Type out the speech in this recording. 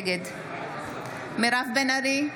נגד מירב בן ארי,